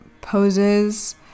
poses